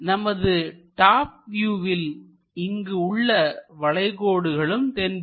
நமது டாப் வியூவில் இங்கு உள்ள வளைகோடுகளும் தென்படும்